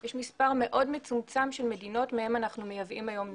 יש מספר מאוד מצומצם של מדינות מהם אנחנו מייבאים היום גולמי.